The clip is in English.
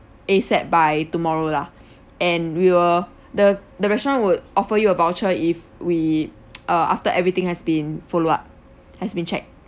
ASAP by tomorrow lah and we will the the restaurant would offer you a voucher if we uh after everything has been follow up has been check